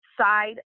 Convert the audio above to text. side